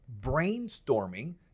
brainstorming